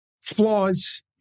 flaws